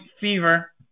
fever